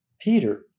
Peter